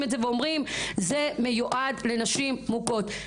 את זה ואומרים "זה מיועד לנשים מוכות".